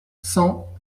cent